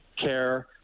care